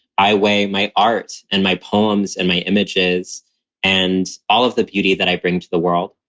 i weigh my art and my poems and my images and all of the beauty that i bring to the world.